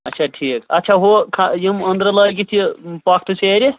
اچھا ٹھیٖک اَتھ چھا ہُہ یِم أنٛدرٕ لٲگِتھ یہِ پۄکھتہٕ سیرِ